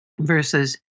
versus